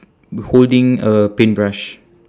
holding a paintbrush